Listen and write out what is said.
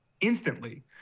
instantly